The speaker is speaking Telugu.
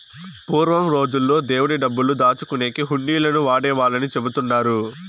పూర్వం రోజుల్లో దేవుడి డబ్బులు దాచుకునేకి హుండీలను వాడేవాళ్ళని చెబుతున్నారు